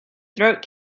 throat